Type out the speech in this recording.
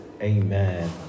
Amen